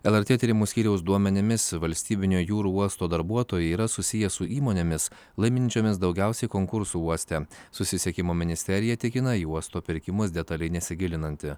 lrt tyrimų skyriaus duomenimis valstybinio jūrų uosto darbuotojai yra susiję su įmonėmis laiminčiomis daugiausiai konkursų uoste susisiekimo ministerija tikina į uosto pirkimus detaliai nesigilinanti